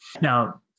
Now